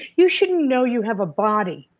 you shouldn't know you have a body